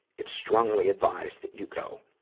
it's strongly advised that you go.